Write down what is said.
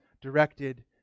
directed